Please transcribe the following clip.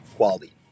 Quality